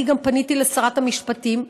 אני גם פניתי לשרת המשפטים,